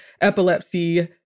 epilepsy